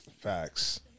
Facts